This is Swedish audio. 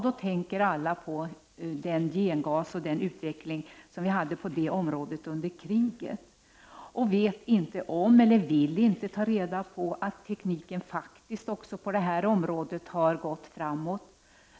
Då tänker alla på den gengas som vi hade under kriget och vet inte eller vill inte ta reda på att tekniken faktiskt också på detta område har gått framåt.